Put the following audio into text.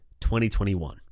2021